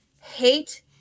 hate